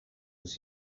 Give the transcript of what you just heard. was